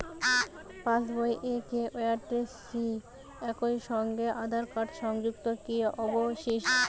পাশ বই ও কে.ওয়াই.সি একই সঙ্গে আঁধার কার্ড সংযুক্ত কি আবশিক?